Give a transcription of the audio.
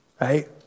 right